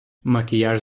макіяж